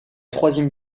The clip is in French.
troisième